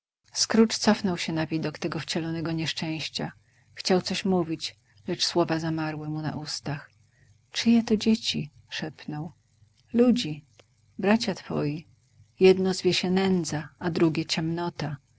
scrooge cofnął się na widok tego wcielonego nieszczęścia chciał coś mówić lecz słowa zamarły mu na ustach czyje to dzieci szepnął ludzi bracia twoi jedno zwie się nędza a drugie ciemnota